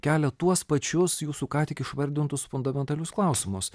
kelia tuos pačius jūsų ką tik išvardintus fundamentalius klausimus